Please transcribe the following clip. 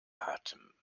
atem